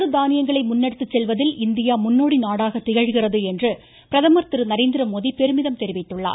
சிறுதானியங்களை முன்னெடுத்துச் செல்வதில் இந்தியா முன்னொடி நாடாக திகழ்கிறது என பிரதமர் திரு நரேந்திரமோடி பெருமிதம் தெரிவித்துள்ளார்